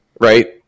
right